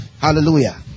Hallelujah